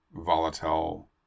volatile